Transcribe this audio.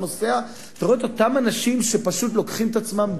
אתה נוסע ואתה רואה את אותם אנשים שפשוט לוקחים את עצמם,